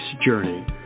journey